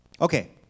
Okay